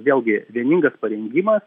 vėlgi vieningas parengimas